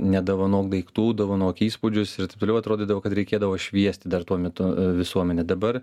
nedovanok daiktų dovanok įspūdžius ir taip toliau atrodydavo kad reikėdavo šviesti dar tuo metu visuomenę dabar